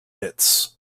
pits